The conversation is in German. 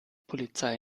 polizei